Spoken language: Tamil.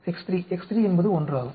X3 X3 என்பது 1 ஆகும்